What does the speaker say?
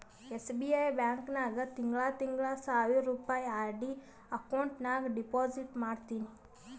SBI bank ನಾಗ್ ತಿಂಗಳಾ ತಿಂಗಳಾ ಸಾವಿರ್ ರುಪಾಯಿ ಆರ್.ಡಿ ಅಕೌಂಟ್ ನಾಗ್ ಡೆಪೋಸಿಟ್ ಮಾಡ್ತೀನಿ